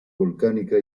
volcánica